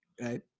right